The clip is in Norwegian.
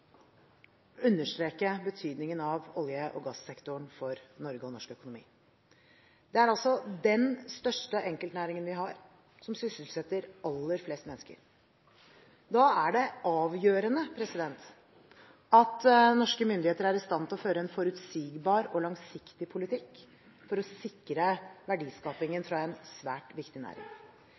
understreke betydningen av olje- og gassektoren for Norge og norsk økonomi. Det er den største enkeltnæringen vi har, som sysselsetter aller flest mennesker. Da er det avgjørende at norske myndigheter er i stand til å føre en forutsigbar og langsiktig politikk for å sikre verdiskapingen for en svært viktig næring.